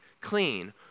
clean